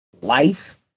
life